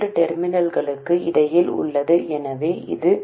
1 0RL Rout ஐ விட அதிகமாக இருக்க வேண்டும் எனவே Rout மதிப்பு என்ன